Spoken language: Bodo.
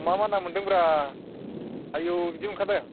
मा मा ना मोन्दोंब्रा आयौ बिदि मोनखादों